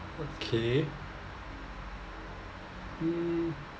okay hmm